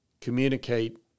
communicate